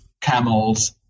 camels